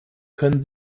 können